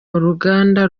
uruganda